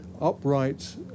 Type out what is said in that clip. upright